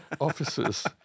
officers